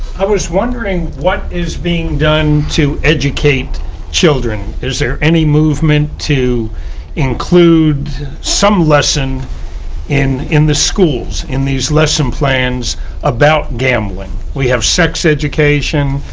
i was wondering what is being done to educate children? is there any movement to include some lesson in in the schools in these lesson plans about gambling? we have sex education,